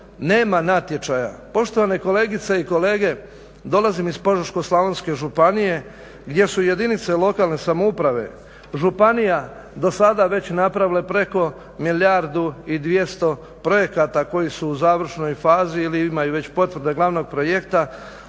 nema natječaja. Poštovane kolegice i kolege dolazim iz Požeško-slavonske županije gdje su jedinice lokalne samouprave, županija do sada već napravile preko milijardu i 200 projekata koji su u završnoj fazi ili imaju već potvrde glavnog projekta